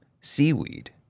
seaweed